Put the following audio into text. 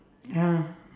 ya